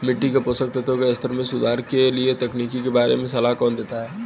मिट्टी के पोषक तत्वों के स्तर में सुधार के लिए तकनीकों के बारे में सलाह कौन देता है?